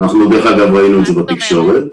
ראינו את זה בתקשורת.